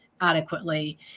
adequately